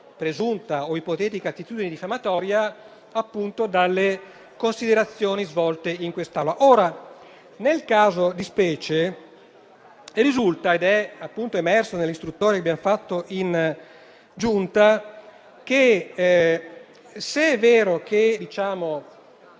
presunta o ipotetica attitudine diffamatoria, dalle considerazioni svolte in quest'Aula. Ora, nel caso di specie risulta ed è appunto emerso nell'istruttoria che abbiamo fatto in Giunta che, se è vero che